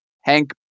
Hank